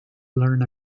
learn